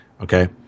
okay